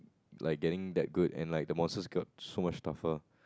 like getting that good and like the monsters got so much tougher